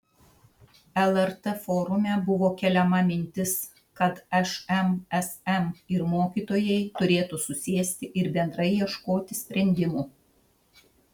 lrt forume buvo keliama mintis kad šmsm ir mokytojai turėtų susėsti ir bendrai ieškoti sprendimų